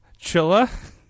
chilla